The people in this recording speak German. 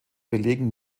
belegen